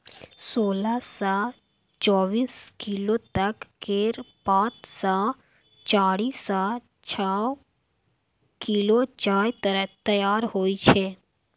सोलह सँ चौबीस किलो तक केर पात सँ चारि सँ छअ किलो चाय तैयार होइ छै